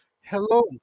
Hello